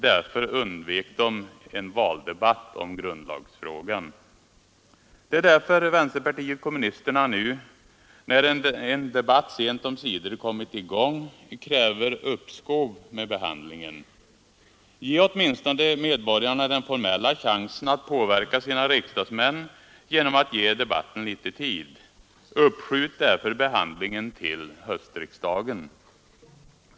Därför undvek de en valdebatt om grundlagsfrågan. Det är därför vänsterpartiet kommunisterna nu när en debatt sent omsider kommit i gång kräver uppskov med behandlingen. Ge åtminstone medborgarna den formella chansen att påverka sina riksdagsmän genom att ge debatten litet tid! Uppskjut därför behandlingen till höstriksdagen!